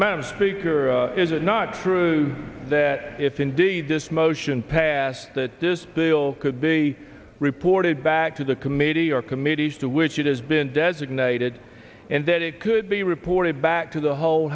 a speaker is it not true that if indeed this motion passed that this bill could be reported back to the committee or committees to which it has been designated and that it could be reported back to the whole